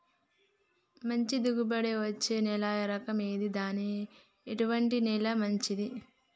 మంచి దిగుబడి ఇచ్చే నేల రకం ఏది లేదా ఎటువంటి నేల మంచిది?